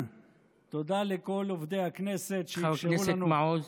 תודה לכל עובדי הכנסת, שאפשרו לנו, חבר כנסת מעוז,